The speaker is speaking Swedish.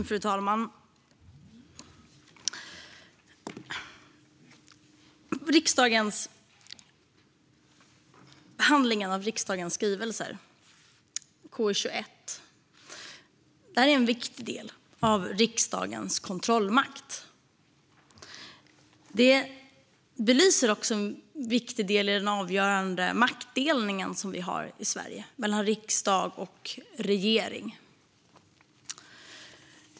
Fru talman! Det belyser också en viktig del i den avgörande maktdelningen vi har i Sverige mellan riksdag och regering.